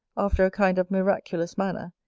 after a kind of miraculous manner,